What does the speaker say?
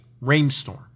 rainstorm